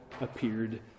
appeared